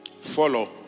Follow